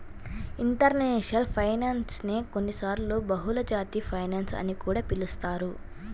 international finance నే కొన్నిసార్లు బహుళజాతి ఫైనాన్స్ అని కూడా పిలుస్తారు